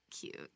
cute